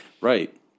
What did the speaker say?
Right